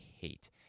hate